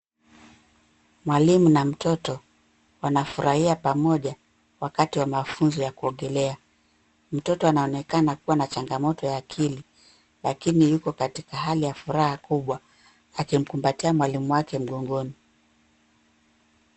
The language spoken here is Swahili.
Mwalimu na mtoto wanafurahia pamoja wakati wa mafunzo ya kuogolea. Mtoto anaonekana kuwa na changamoto ya akili lakini yuko katika hali ya furaha kubwa akimkumbatia mwalimu wake mgogoni.